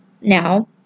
Now